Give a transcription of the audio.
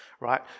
right